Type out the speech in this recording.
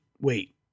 wait